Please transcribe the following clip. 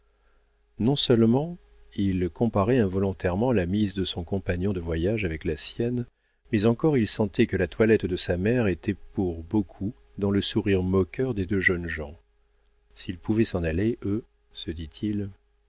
quitté non-seulement il comparait involontairement la mise de son compagnon de voyage avec la sienne mais encore il sentait que la toilette de sa mère était pour beaucoup dans le sourire moqueur des deux jeunes gens s'ils pouvaient s'en aller eux se dit-il